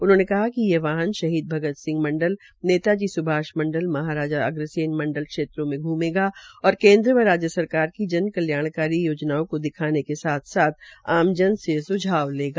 उनहोंने कहा कि ये वाहन शहीद भगत सिह मंडल नेता जी स्भाषमंडल महाराजा अग्रसेन मंडल क्षेत्रों में घूमेगा और केन्द्र व राज्य सरकार की जन कल्याणकारी योजनाओं को दिखाने के साथ साथ आम जन से सुझाव लेगा